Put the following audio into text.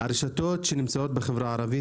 הרשתות שנמצאות בחברה הערבית,